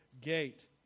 gate